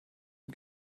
ihm